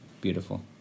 beautiful